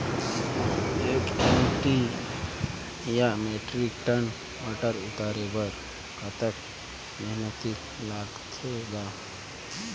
एक एम.टी या metric ton टमाटर उतारे बर कतका मेहनती लगथे ग?